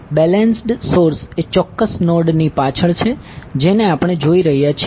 balanced source એ ચોક્ક્સ node ની પાછળ છે જેને આપણે જોઈ રહ્યા છીએ